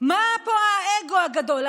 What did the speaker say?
מה פה האגו הגדול?